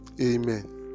Amen